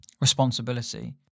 responsibility